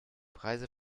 preise